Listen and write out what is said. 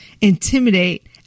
intimidate